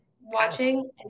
watching